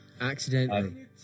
accidentally